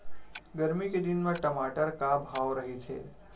गरमी के दिन म टमाटर का भाव रहिथे?